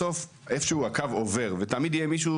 בסוף איכשהו הקו עובר ותמיד יהיה מישהו